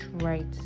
right